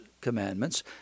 commandments